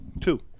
two